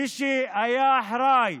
מי שהיה אחראי